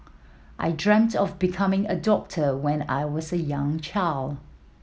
I dreamt of becoming a doctor when I was a young child